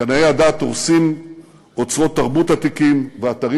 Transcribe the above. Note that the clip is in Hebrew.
קנאי הדת הורסים אוצרות תרבות עתיקים ואתרים